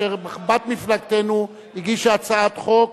כאשר בת מפלגתנו הגישה הצעת חוק,